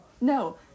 no